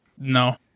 No